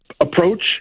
approach